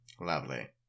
Lovely